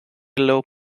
low